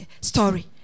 story